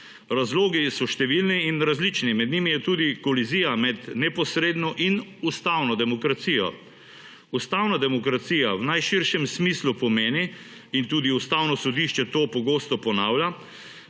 Razlogi so številni in različni. Med njimi je tudi kolizija med neposredno in ustavno demokracijo. Ustavna demokracija v najširšem smislu pomeni, in tudi Ustavno sodišče to pogosto ponavlja,